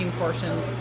portions